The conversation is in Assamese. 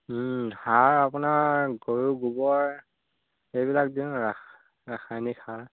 সাৰ আপোনাৰ গৰু গোবৰ এইবিলাক দিওঁ ৰাস ৰাসায়নিক সাৰ